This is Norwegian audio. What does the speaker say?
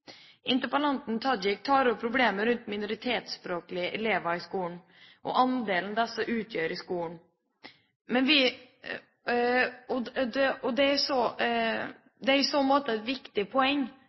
Interpellanten Tajik tar opp problemer rundt minoritetsspråklige elever i skolen og andelen disse utgjør i skolen. Det er i så måte et viktig poeng, men samtidig ser vi